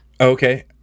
Okay